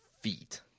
feet